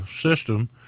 system